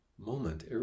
moment